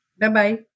Bye-bye